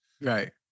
Right